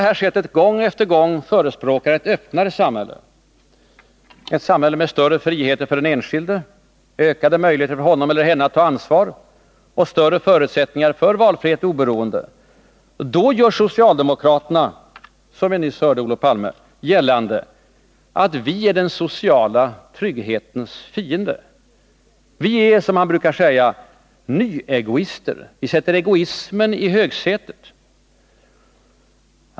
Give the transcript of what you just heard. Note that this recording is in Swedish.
När jag gång efter gång förespråkar ett öppnare samhälle med större frihet för den enskilde, ökade möjligheter för honom eller henne att ta ansvar och större förutsättningar för valfrihet och oberoende, då gör socialdemokraterna gällande att vi är den sociala trygghetens fiende. Vi är, som man brukar säga, ”nyegoister”. Vi sätter egoismen i högsätet.